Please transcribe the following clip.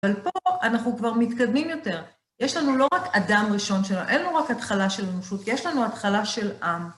אבל פה אנחנו כבר מתקדמים יותר. יש לנו לא רק אדם ראשון שלנו, אין לו רק התחלה של אנושות, יש לנו התחלה של עם.